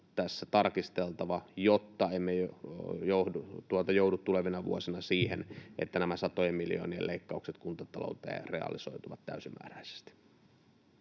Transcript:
tässä tarkasteltava, jotta emme joudu tulevina vuosina siihen, että nämä satojen miljoonien leikkaukset kuntatalouteen realisoituvat täysimääräisesti.